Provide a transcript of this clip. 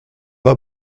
pas